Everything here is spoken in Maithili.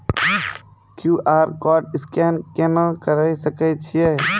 क्यू.आर कोड स्कैन केना करै सकय छियै?